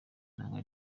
inanga